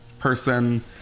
person